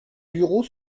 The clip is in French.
bureau